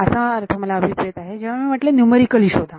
असा अर्थ मला अभिप्रेत आहे जेव्हा मी म्हटले न्यूमरिकली शोधा